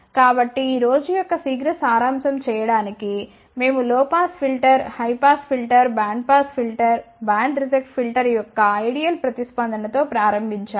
కాబట్టి ఈ రోజు యొక్క శీఘ్ర సారాంశం చేయడానికి మేము low pass filter high pass filter band pass filter band reject filter యొక్క ఐడియల్ ప్రతిస్పందన తో ప్రారంభించాము